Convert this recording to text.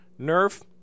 Nerf